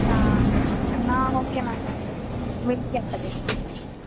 ആ എന്നാൽ okay ma'am വിളിക്കാം അപ്പോഴത്തേക്കും